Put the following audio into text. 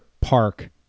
park